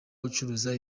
ucuruza